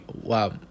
wow